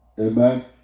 Amen